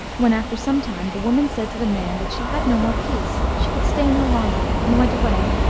when after some time the woman said to the man that she had no more peace, she could stay no longer, and went away.